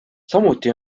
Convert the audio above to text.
samuti